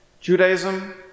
Judaism